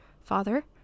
Father